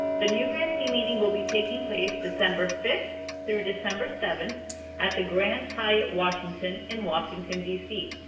the new grantee meeting will be taking place december fifth through december seventh at the grand hyatt washington in washington, d c.